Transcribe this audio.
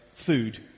Food